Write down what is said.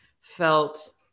felt